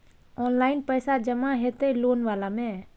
Online पैसा जमा हते लोन वाला में?